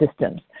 systems